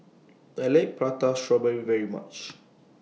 I like Prata Strawberry very much